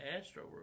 Astro